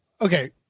Okay